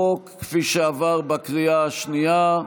החוק כפי שעבר בקריאה השנייה,